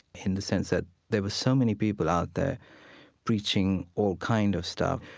in the sense that there were so many people out there preaching all kind of stuff.